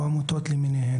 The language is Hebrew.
או עמותות למיניהן,